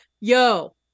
yo